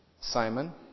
Simon